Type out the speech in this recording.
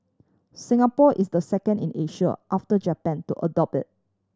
Singapore is the second in Asia after Japan to adopt it